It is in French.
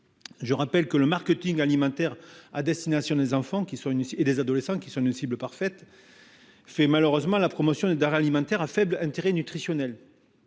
Je rappelle que le marketing alimentaire à destination des enfants et des adolescents – cibles parfaites – fait malheureusement la promotion de denrées alimentaires à faible intérêt nutritionnel